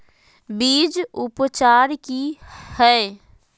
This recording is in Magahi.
बीज उपचार कि हैय?